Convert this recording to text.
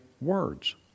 words